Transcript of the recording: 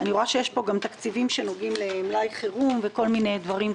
אני רואה שיש פה גם תקציבים שנוגעים למלאי חירום וכל מיני דברים כאלו.